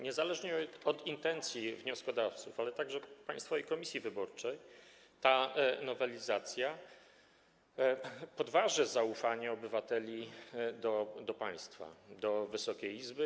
Niezależnie od intencji wnioskodawców, ale także Państwowej Komisji Wyborczej ta nowelizacja podważy zaufanie obywateli do państwa, do Wysokiej Izby.